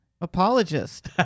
apologist